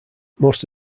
most